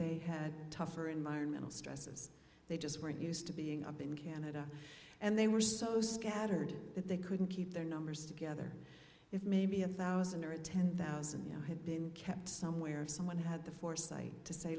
they had tougher environmental stresses they just weren't used to being up in canada and they were so scattered that they couldn't keep their numbers together if maybe a thousand or ten thousand you know had been kept somewhere if someone had the foresight to say